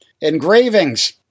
engravings